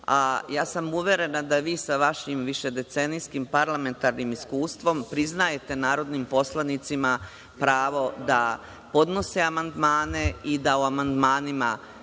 a uverena sam da vi sa vašim višedecenijskim parlamentarnim iskustvom priznajete narodnim poslanicima pravo da podnose amandmane i da o amandmanima